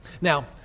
Now